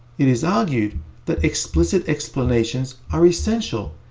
it is argued that explicit explanations are essential,